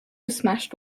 smashed